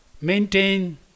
maintain